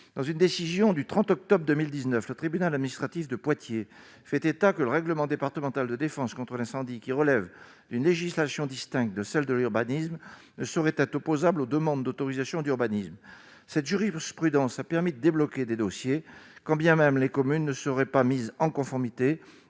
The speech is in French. dans une décision du 30 octobre 2019, le tribunal administratif de Poitiers fait état que le règlement départemental de défense contre l'incendie qui relèvent d'une législation distincte de celle de l'urbanisme ne saurait être opposable aux demandes d'autorisations d'urbanisme cette jury prudence a permis de débloquer des dossiers, quand bien même les communes ne seraient pas mises en conformité